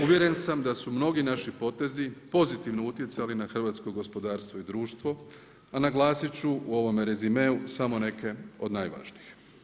Uvjeren sam da su mnogi naši potezi pozitivno utjecali na hrvatsko gospodarstvo i društvo, a naglasiti ću u ovome rezimeu, samo neke od najvažnijih.